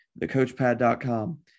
thecoachpad.com